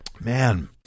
Man